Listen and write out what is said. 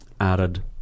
added